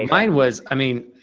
and mine was, i mean,